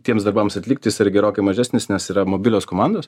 tiems darbams atlikti jis yra gerokai mažesnis nes yra mobilios komandos